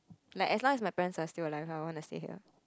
like as long as my parents as still alive I would want to stay here